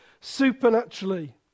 supernaturally